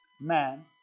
man